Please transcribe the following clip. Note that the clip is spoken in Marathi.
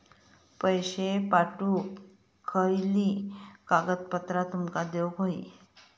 पैशे पाठवुक खयली कागदपत्रा तुमका देऊक व्हयी?